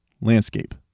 landscape